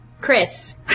Chris